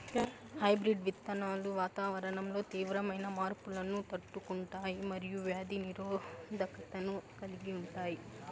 hybrid విత్తనాలు వాతావరణంలో తీవ్రమైన మార్పులను తట్టుకుంటాయి మరియు వ్యాధి నిరోధకతను కలిగి ఉంటాయి